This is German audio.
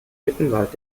mittenwald